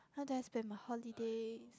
how do I spend my holidays